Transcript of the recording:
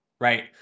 Right